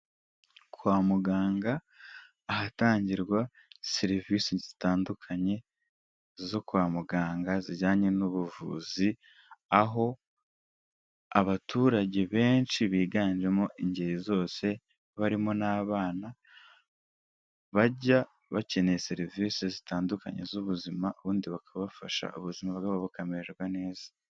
Kwa muganga, ahatangirwa serivisi zitandukanye zo kwa muganga zijyanye n'ubuvuzi, aho abaturage benshi biganjemo ingeri zose, barimo n'abana, bajya bakeneye serivise zitandukanye z'ubuzima, ubundi bakabafasha, ubuzima bwabo bukamererwa neza.